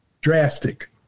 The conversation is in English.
drastic